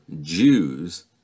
Jews